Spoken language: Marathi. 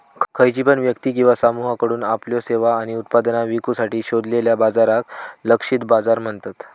खयची पण व्यक्ती किंवा समुहाकडुन आपल्यो सेवा आणि उत्पादना विकुसाठी शोधलेल्या बाजाराक लक्षित बाजार म्हणतत